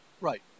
Right